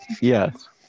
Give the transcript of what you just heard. Yes